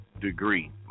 degree